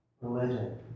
religion